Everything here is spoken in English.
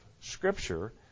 Scripture